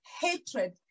hatred